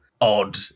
odd